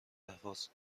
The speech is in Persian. اهواز